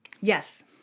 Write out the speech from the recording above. Yes